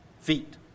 feet